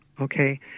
Okay